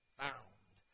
found